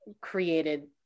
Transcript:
created